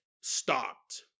stopped